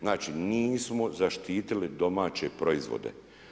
Znači, nismo zaštitili domaće proizvode.